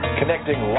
connecting